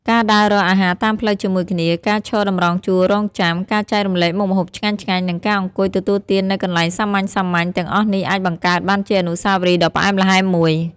ការដើររកអាហារតាមផ្លូវជាមួយគ្នា ការឈរតម្រង់ជួររង់ចាំ ការចែករំលែកមុខម្ហូបឆ្ងាញ់ៗ និងការអង្គុយទទួលទាននៅកន្លែងសាមញ្ញៗ ទាំងអស់នេះអាចបង្កើតបានជាអនុស្សាវរីយ៍ដ៏ផ្អែមល្ហែមមួយ។